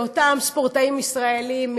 זה אותם ספורטאים ישראלים,